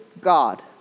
God